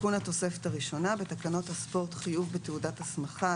תיקון התוספת הראשונה 1. בתקנות הספורט (חיוב בתעודת הסמכה),